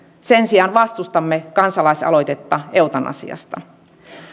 sen sijaan vastustamme kansalaisaloitetta eutanasiasta